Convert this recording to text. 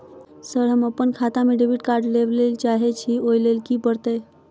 Sir हम अप्पन खाता मे डेबिट कार्ड लेबलेल चाहे छी ओई लेल की परतै?